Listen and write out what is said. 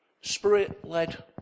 Spirit-led